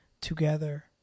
together